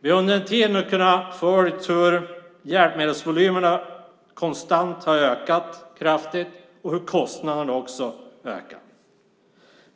Vi har under en tid kunnat följa hur hjälpmedelsvolymerna konstant har ökat kraftigt och hur kostnaderna har ökat.